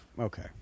Okay